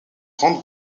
grande